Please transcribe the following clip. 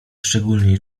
szczególniej